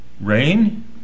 rain